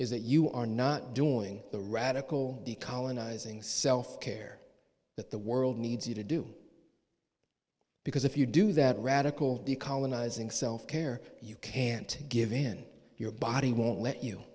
is that you are not doing the radical colonizing self care that the world needs you to do because if you do that radical colonizing self care you can't give in your body won't let you